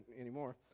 anymore